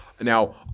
Now